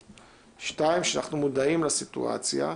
2. שאנחנו מודעים לסיטואציה,